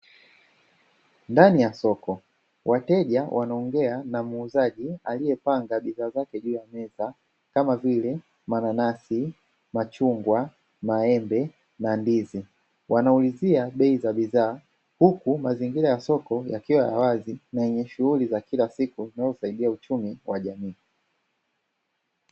Ndani ya soko wateja wanaongea na muuzaji aliye panga bidhaa zake juu ya meza kama vile: mananasi, machungwa, maembe, na ndizi, wanaulizia bei za bidhaa; huku mazingira ya soko yakiwa ya wazi na yenye shughuli za kila siku zinazo saidia uchumi wa jamii.